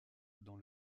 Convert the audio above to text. dans